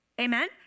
Amen